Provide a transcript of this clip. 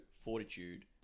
Fortitude